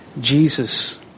Jesus